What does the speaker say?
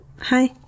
Hi